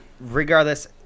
Regardless